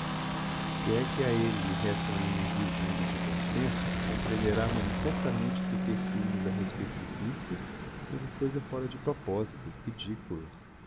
se é que a elle lhe restam ainda uns vislumbres de bom senso comprehenderá manifestamente que o ter ciumes a respeito do principe seria coisa fora de proposito ridiculo